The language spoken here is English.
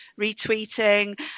retweeting